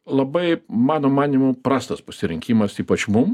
labai mano manymu prastas pasirinkimas ypač mum